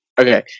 Okay